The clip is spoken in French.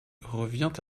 revient